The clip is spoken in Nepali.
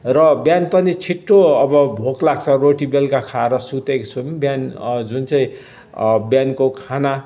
र बिहान पनि छिटो अब भोक लाग्छ रोटी बेलुका खाएर सुतेको छौँ बिहान जुन चाहिँ बिहानको खाना जुन चाहिँ ब्रेक फास्ट